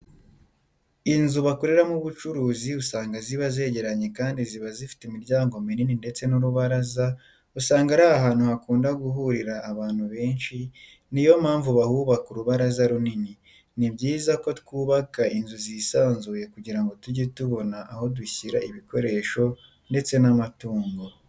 Inzu bakoreramo ubucuruzi usanga ziba zegeranye kandi ziba zifite n'imiryango minini ndetse n'urubaraza, usanga ari ahantu hakunda guhuri abantu benshi niyo mpamvu bahubaka urubaraza runini, ni byiza ko twubaka inzu zisanzuye kugira ngo tuge tubona aho dushyira ibikoresho ndetse n'amatungo.